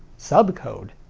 subcode?